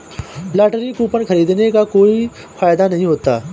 lottery coupon खरीदने का कोई फायदा नहीं होता है